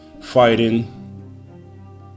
fighting